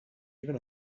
even